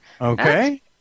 Okay